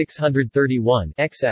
631-XX